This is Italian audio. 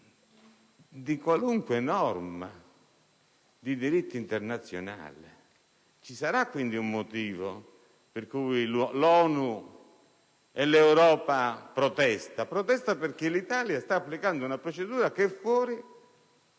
di qualunque norma di diritto internazionale. Ci sarà quindi un motivo per cui l'ONU e l'Europa protestano. Protestano perché l'Italia sta applicando una procedura che non